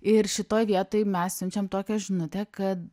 ir šitoj vietoj mes siunčiam tokią žinutę kad